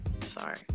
Sorry